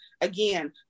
again